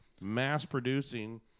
mass-producing